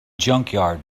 junkyard